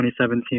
2017